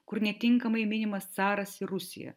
kur netinkamai minimas caras ir rusija